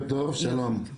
בוקר טוב, שלום.